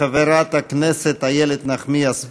חברת הכנסת איילת נחמיאס ורבין,